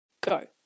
Go